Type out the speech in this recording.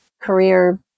career